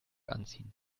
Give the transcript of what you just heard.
anziehen